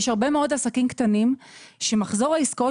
יש הרבה מאוד עסקים קטנים שמחזור העסקאות